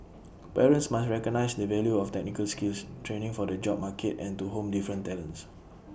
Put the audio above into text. parents must recognise the value of technical skills training for the job market and to hone different talents